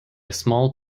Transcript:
small